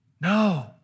no